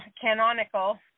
canonical